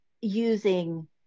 using